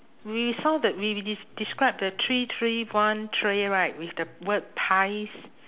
we saw that we we des~ described the three three one tray right with the word pies